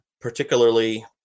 particularly